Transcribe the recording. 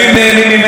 היום אנחנו הולכים,